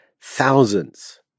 thousands